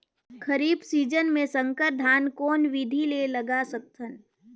खरीफ season मे संकर धान कोन विधि ले लगा सकथन?